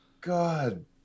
God